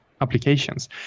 applications